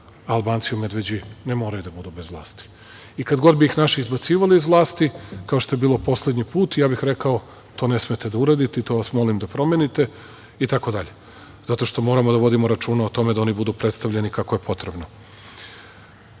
Albanci u Medveđi ne moraju da budu bez vlasti. Kad god bi ih naši izbacivali iz vlasti, kao što je bilo poslednji put, ja bih rekao - to ne smete da uradite, to vas molim da promenite, i tak dalje, zato što moramo da vodimo računa o tome da oni budu predstavljeni kako je potrebno. Kažete